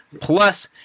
plus